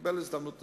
קיבל הזדמנות נוספת.